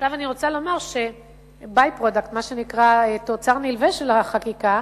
תוצר נלווה של החקיקה,